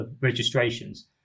registrations